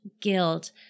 guilt